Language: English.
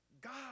God